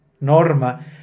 norma